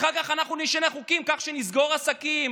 אחר כך אנחנו נשנה חוקים כך שנסגור עסקים,